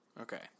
Okay